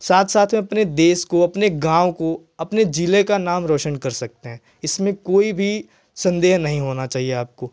साथ साथ अपने देश को अपने गाँव को अपने ज़िले का नाम रौशन कर सकते है इसमें कोई भी संदेह नहीं होना चाहिए आपको